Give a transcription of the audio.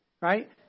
right